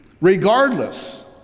regardless